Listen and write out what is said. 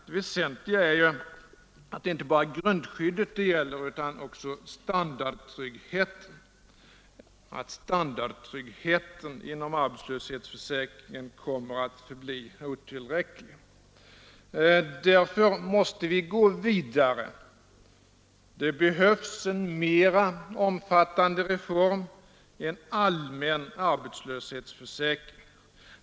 Det väsentliga är ju att det inte bara är grundskyddet det gäller, utan också standardtryggheten, och att standardtryggheten inom arbetslöshetsförsäkringen kommer att bli otillräcklig. Därför måste vi gå vidare. Det behövs en mer omfattande reform: en allmän arbetslöshetsförsäkring.